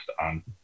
on